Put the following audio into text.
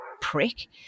prick